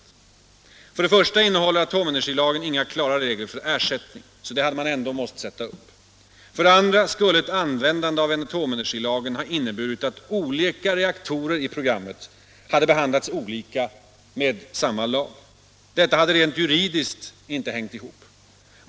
För det = m.m. första innehåller atomenergilagen inga klara regler för ersättning. Sådana hade man alltså ändå måst sätta upp. För det andra skulle ett användande av atomenergilagen ha inneburit att olika reaktorer hade behandlats olika med samma lag. Detta hade rent juridiskt inte hängt ihop.